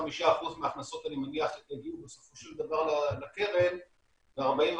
55% מההכנסות אני מניח יגיעו בסופו של דבר לקרן ו-45%,